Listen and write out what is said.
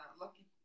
Lucky